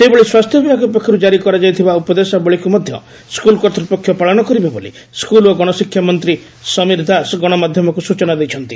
ସେହିଭଳି ସ୍ୱାସ୍ଥ୍ୟ ବିଭାଗ ପକ୍ଷରୁ ଜାରି କରାଯାଇଥିବା ଉପଦେଶାବଳୀକୁ ମଧ ସ୍କୁଲ କର୍ତ୍ତୂପକ୍ଷ ପାଳନ କରିବେ ବୋଲି ସ୍କୁଲ ଓ ଗଣଶିକ୍ଷା ମନ୍ତୀ ସମୀର ଦାସ ଗଣମାଧ୍ଧମକୁ ସୂଚନା ଦେଇଛନ୍ତି